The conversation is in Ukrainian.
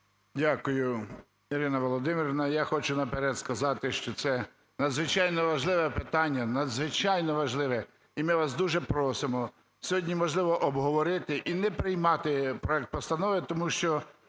Дякую, Ірина Володимирівна. Я хочу наперед сказати, що це надзвичайно важливе питання, надзвичайно важливе. І ми вас дуже просимо, сьогодні, можливо, обговорити і не приймати проект постанови, не